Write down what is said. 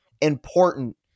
important